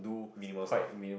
minimal stuff